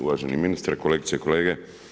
Uvaženi ministre, kolegice i kolege.